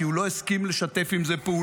כי הוא לא הסכים לשתף עם זה פעולה,